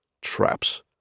Traps